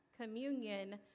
communion